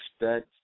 expect